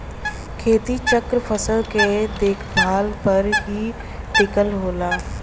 खेती चक्र फसल क देखभाल पर ही टिकल होला